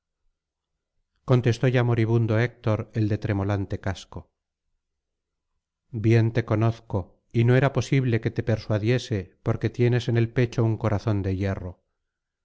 contestó ya moribundo héctor el de tremolante casco bien te conozco y no era posible que te persuadiese porque tienes en el pecho un corazón de hierro